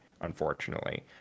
unfortunately